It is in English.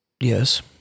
Yes